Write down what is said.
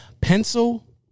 Pencil